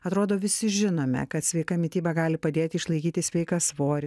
atrodo visi žinome kad sveika mityba gali padėti išlaikyti sveiką svorį